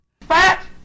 Fat